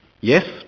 Yes